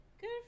Good